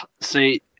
see